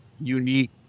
unique